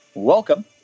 Welcome